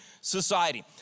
society